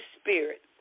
Spirit